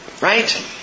Right